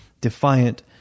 defiant